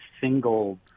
single